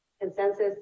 consensus